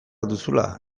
duzula